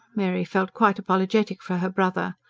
mary felt quite apologetic for her brother.